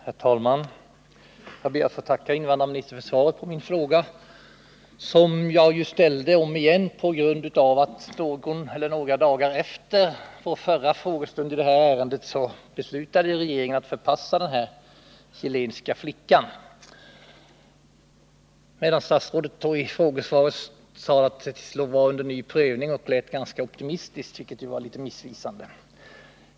Herr talman! Jag ber att få tacka invandrarministern för svaret på den fråga jag ställde om igen på grund av att regeringen någon eller några dagar efter vår förra frågestund i detta ärende beslutade att förpassa den chilenska flickan, medan statsrådet i det förra frågesvaret sade att fallet var under ny prövning och över huvud taget lät ganska optimistisk, vilket ju var litet missvisande.